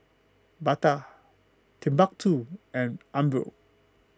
Bata Timbuk two and Umbro